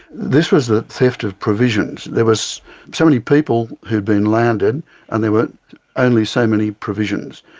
this was the theft of provisions. there was so many people who had been landed and there were only so many provisions.